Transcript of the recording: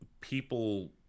people